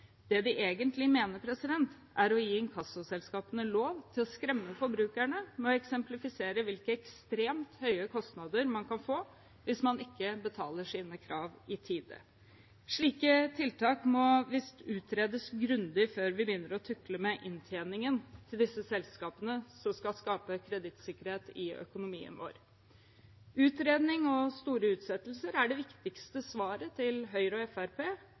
Det de egentlig mener, er å gi inkassoselskapene lov til å skremme forbrukerne med å eksemplifisere hvilke ekstremt høye kostnader man kan få hvis man ikke betaler sine krav i tide. Slike tiltak må visst utredes grundig før vi begynner å tukle med inntjeningen til disse selskapene som skal skape kredittsikkerhet i økonomien vår. Utredning og store utsettelser er det viktigste svaret til Høyre og